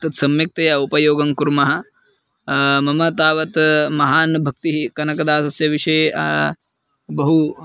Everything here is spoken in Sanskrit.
तत् सम्यक्तया उपयोगं कुर्मः मम तावत् महान् भक्तिः कनकदासस्य विषये बहु